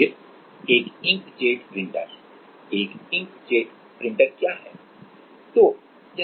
फिर एक ink jet printer एक इंक जेट प्रिंटर क्या है